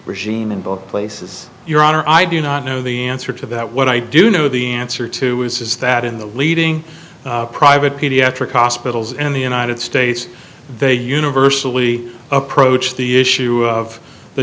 regime in both places your honor i do not know the answer to that what i do know the answer to is is that in the leading private pediatric hospitals in the united states they universally approach the issue of the